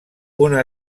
una